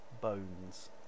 bones